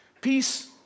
Peace